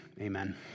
amen